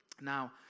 Now